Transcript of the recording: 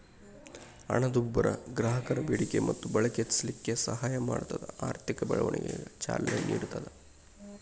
ಹಣದುಬ್ಬರ ಗ್ರಾಹಕರ ಬೇಡಿಕೆ ಮತ್ತ ಬಳಕೆ ಹೆಚ್ಚಿಸಲಿಕ್ಕೆ ಸಹಾಯ ಮಾಡ್ತದ ಆರ್ಥಿಕ ಬೆಳವಣಿಗೆಗ ಚಾಲನೆ ನೇಡ್ತದ